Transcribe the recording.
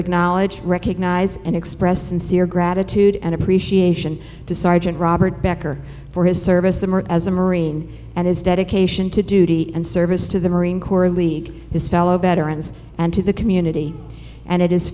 acknowledge recognize and express and sere gratitude and appreciation to sergeant robert becker for his service as a marine and his dedication to duty and service to the marine corps league his fellow veterans and to the community and it is